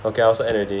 okay I also end already